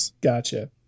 Gotcha